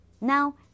now